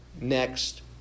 next